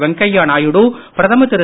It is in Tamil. வெங்கையா நாயுடு பிரதமர் திரு